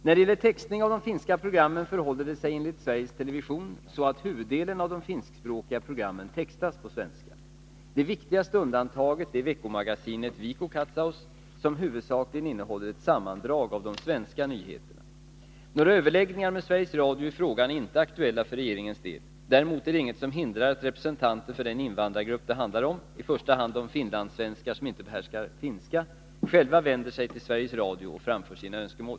När det gäller textning av de finska programmen förhåller det sig enligt Sveriges Television så att huvuddelen av de finskspråkiga programmen textas på svenska. Det viktigaste undantaget är veckomagasinet Viikkokatsaus, som huvudsakligen innehåller ett sammandrag av de svenska nyheterna. Några överläggningar med Sveriges Radio i frågan är inte aktuella för regeringens del. Däremot är det inget som hindrar att representanter för den invandrargrupp det handlar om — i första hand de finlandssvenskar som inte behärskar finska — själva vänder sig till Sveriges Radio och framför sina önskemål.